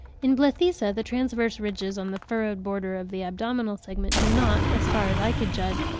in blethisa the transverse ridges on the furrowed border of the abdominal segment do not, as far as i could judge,